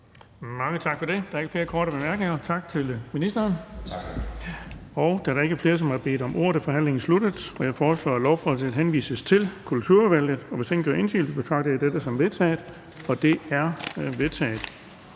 Mange tak for det. Der er ikke flere korte bemærkninger. Tak til ministeren. Da der ikke er flere, der har bedt om ordet, er forhandlingen sluttet. Jeg foreslår, at lovforslaget henvises til Kulturudvalget. Hvis ingen gør indsigelse, betragter jeg dette som vedtaget. Det er vedtaget.